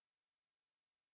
twenty five